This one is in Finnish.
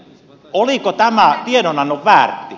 oliko tämä tiedonannon väärtti